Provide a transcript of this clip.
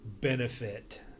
benefit